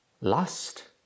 Lust